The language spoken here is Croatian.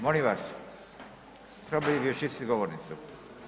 Molim vas, trebalo bi očistiti govornicu.